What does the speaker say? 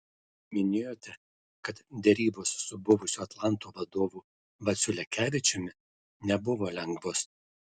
minėjote kad derybos su buvusiu atlanto vadovu vaciu lekevičiumi nebuvo lengvos